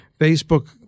Facebook